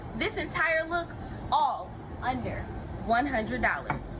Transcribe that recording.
this entire look all under one hundred dollars.